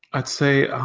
i'd say